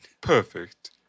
Perfect